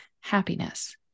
happiness